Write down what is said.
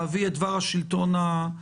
להביא את דבר השלטון המקומי.